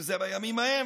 אם זה בימים ההם,